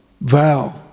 Vow